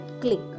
click